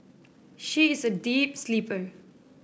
she is a deep sleeper